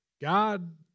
God